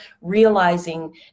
realizing